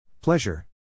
Pleasure